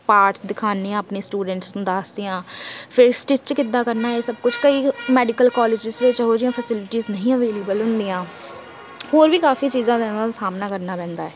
parts ਦਿਖਾਉਂਦੇ ਹਾਂ ਆਪਣੇ ਸਟੂਡੈਂਟਸ ਨੂੰ ਦੱਸਦੇ ਹਾਂ ਫਿਰ ਸਟਿੱਚ ਕਿੱਦਾਂ ਕਰਨਾ ਇਹ ਸਭ ਕੁਝ ਕਈ ਮੈਡੀਕਲ ਕੋਲਜਿਸ ਵਿੱਚ ਇਹੋ ਜਿਹੀਆਂ ਫੈਸਿਲਿਟੀਜ਼ ਨਹੀਂ ਅਵੇਲੇਬਲ ਹੁੰਦੀਆਂ ਹੋਰ ਵੀ ਕਾਫ਼ੀ ਚੀਜ਼ਾਂ ਦੇ ਨਾਲ ਸਾਹਮਣਾ ਕਰਨਾ ਪੈਂਦਾ ਹੈ